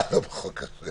אה, לא בחוק הזה.